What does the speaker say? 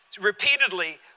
Repeatedly